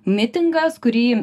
mitingas kurį